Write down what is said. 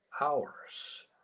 hours